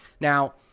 Now